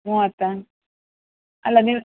ಮೂವತ್ತಾ ಅಲ್ಲ ನೀವು